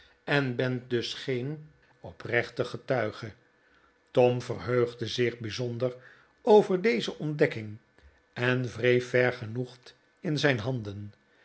en bent dus geen oprechte getuige tom verheugde zich bijzonder over deze ontdekking en wreef vergenoegd in zijn handen